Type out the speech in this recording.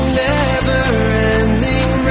never-ending